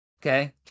okay